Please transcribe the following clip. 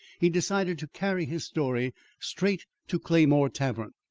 he decided to carry his story straight to claymore tavern.